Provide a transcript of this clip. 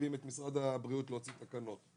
מחייבים את משרד הבריאות להוציא תקנות.